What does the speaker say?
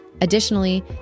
Additionally